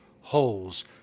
holes